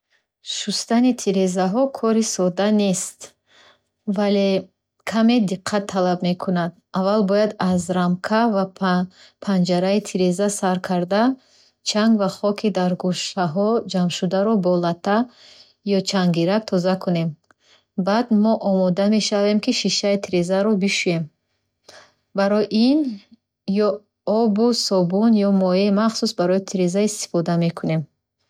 Шустани тирезаҳо кори содда нест, вале каме диққат талаб мекунад. Аввал бояд аз рамка ва па- панҷараи тиреза сар кард чанг ва хоки дар гӯшаҳо ҷамъшударо бо латта ё чанггирак тоза мекунем. Баъд мо омода мешавем, ки шишаи тирезаро бишӯем. Барои ин ё обу собун ё моеъи махсус барои тиреза истифода мекунем.